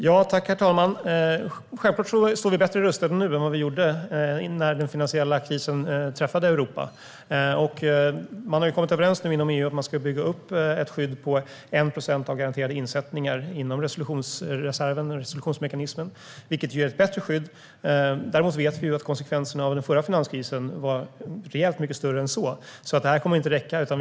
Herr talman! Självklart står vi bättre rustade nu än vad vi gjorde när den finansiella krisen träffade Europa. Man har nu kommit överens inom EU att man ska bygga upp ett skydd på 1 procent av garanterade insättningar inom resolutionsmekanismen, vilket ger ett bättre skydd. Däremot vet vi att konsekvenserna av den förra finanskrisen var rejält mycket större än så. Det kommer inte att räcka.